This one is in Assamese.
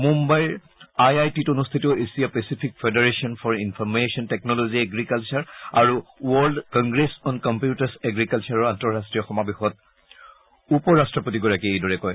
মুঘাইৰ আই আই টিত অনুষ্ঠিত Asia Pacific Federation for Information Technology Agriculture আৰু ৱৰ্ল্ড কংগ্ৰেছ অন কম্পিউটাৰছ এগ্ৰিকালচাৰৰ আন্তঃৰাষ্ট্ৰীয় সমাৱেশত উপ ৰাট্টপতিগৰাকীয়ে এইদৰে কয়